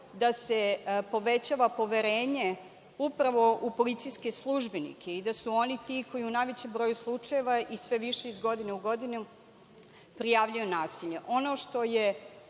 da se povećava poverenje upravo u policijske službenike i da su oni ti koji u najvećem broju slučajeva i sve više iz godine u godinu prijavljuju nasilje. Ono što